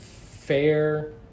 fair